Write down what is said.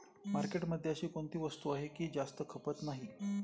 मार्केटमध्ये अशी कोणती वस्तू आहे की जास्त खपत नाही?